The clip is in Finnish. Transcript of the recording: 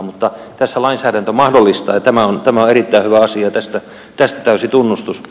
mutta tässä lainsäädäntö mahdollistaa ja tämä on erittäin hyvä asia ja tästä täysi tunnustus